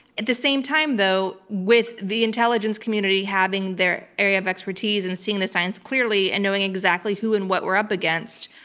at the same time, though, with the intelligence community having their area of expertise and seeing the science clearly and knowing exactly who and what we're up against,